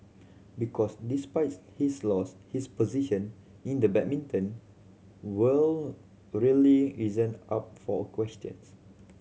because despite his loss his position in the badminton world really isn't up for questions